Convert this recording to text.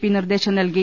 P നിർദേശം നൽകി